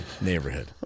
neighborhood